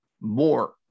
more